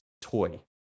toy